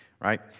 right